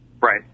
Right